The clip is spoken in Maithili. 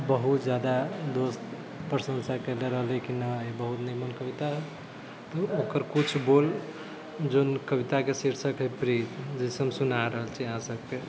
बहुत ज्यादा दोस्त प्रशंसा कएले रहलै कि नहि ई बहुत नीमन कविता हइ ओकर किछु बोल जौन कविताके शीर्षक हइ प्रीत जे हम सुना रहल छी अहाँसबके